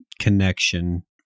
connection